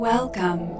Welcome